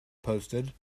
posted